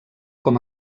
com